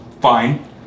fine